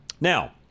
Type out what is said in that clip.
Now